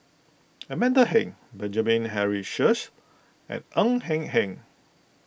Amanda Heng Benjamin Henry Sheares and Ng Eng Hen